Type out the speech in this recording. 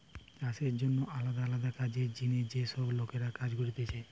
চাষের জন্যে আলদা আলদা কাজের জিনে যে সব লোকরা কাজ করতিছে